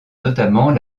notamment